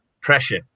pressure